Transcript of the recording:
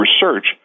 research